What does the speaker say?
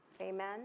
Amen